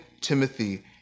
Timothy